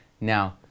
Now